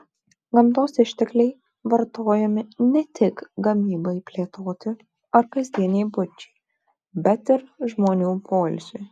gamtos ištekliai vartojami ne tik gamybai plėtoti ar kasdienei buičiai bet ir žmonių poilsiui